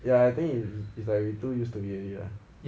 ya I think it's it's like we too used to it already lah